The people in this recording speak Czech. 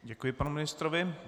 Děkuji panu ministrovi.